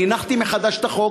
אני הנחתי מחדש את החוק,